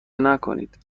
نکنید